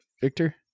Victor